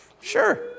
Sure